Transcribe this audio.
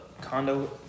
condo